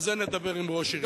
אבל על זה נדבר עם ראש העיר.